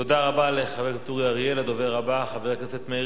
תודה רבה לחבר הכנסת אורי אריאל.